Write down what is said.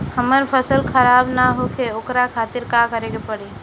हमर फसल खराब न होखे ओकरा खातिर का करे के परी?